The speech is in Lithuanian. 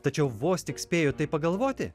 tačiau vos tik spėju tai pagalvoti